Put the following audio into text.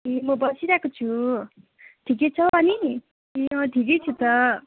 ए म बसिरहेको छु ठिकै छौ अनि ए अँ ठिकै छु त